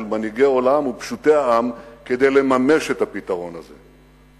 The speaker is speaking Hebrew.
מנהיגי עולם ופשוטי העם כדי לממש את הפתרון הזה.